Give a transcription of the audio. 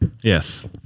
Yes